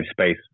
space